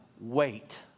Wait